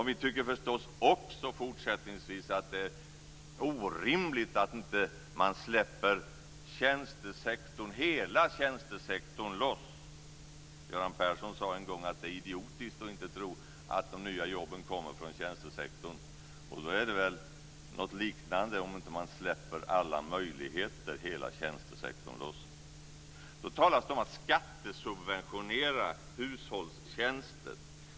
Vi tycker förstås också fortsättningsvis att det är orimligt att man inte släpper hela tjänstesektorn loss. Göran Persson sade en gång att det är idiotiskt att inte tro att de nya jobben kommer från tjänstesektorn, och då är det väl något liknande om man inte släpper hela tjänstesektorn loss. Det talas om att man ska skattesubventionera hushållstjänster.